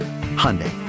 Hyundai